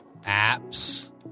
apps